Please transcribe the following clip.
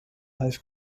have